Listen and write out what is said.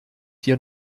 dir